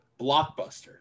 Blockbuster